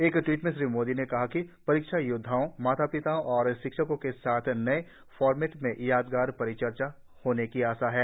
एक ट्वीट में श्री मोदी ने कहा कि परीक्षा योद्वाओं माता पिता और शिक्षकों के साथ नये फॉरमेट में यादगार परिचर्चा होने की आशा है